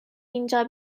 اینجا